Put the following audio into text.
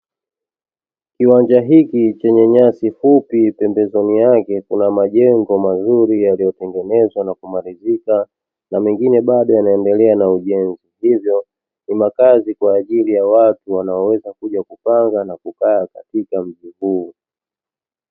Kiwanja hiki chenye nyasi fupi pembeni yake kuna majengo mazuri yaliyotengenezwa na kumalizika na mengine bado yanaendelea na ujenzi, hivyo ni makazi ya watu wanaoweza kuja kupanga na kukaa katika mji huu.